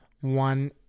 one